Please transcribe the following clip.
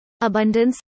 abundance